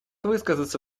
высказаться